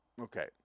Okay